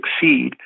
succeed